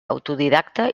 autodidacta